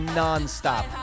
nonstop